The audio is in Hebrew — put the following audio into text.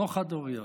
לא חד-הוריות.